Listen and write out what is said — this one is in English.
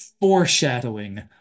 foreshadowing